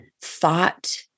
thought